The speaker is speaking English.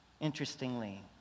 interestingly